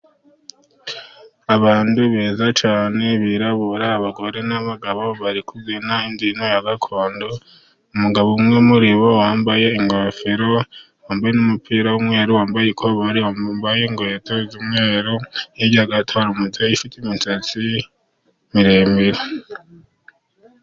Abantu beza cyane birabura abagore n'abagabo bari kubyina imbyino ya gakondo, umugabo umwe muri bo wambaye ingofero wambaye n'umupira w'umweru, wambaye ikoboyi wambaye inkweto z'umweru, hirya gato hari umubyeyi ufite imisatsi miremire.